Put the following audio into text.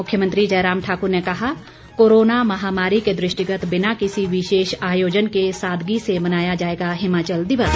मुख्यमंत्री जयराम ठाक्र ने कहा कोरोना महामारी के दृष्टिगत बिना किसी विशेष आयोजन के सादगी से मनाया जाएगा हिमाचल दिवस